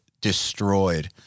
destroyed